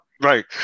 right